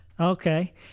Okay